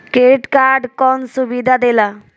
Credit card कौन सुबिधा देला?